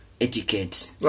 etiquette